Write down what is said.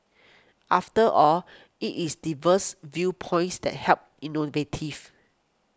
after all it is diverse viewpoints that help innovative